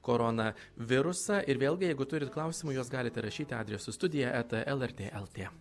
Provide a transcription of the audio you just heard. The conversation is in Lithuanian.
korona virusą ir vėlgi jeigu turit klausimų juos galite rašyti adresu studija eta lrt lt